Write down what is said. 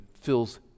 fills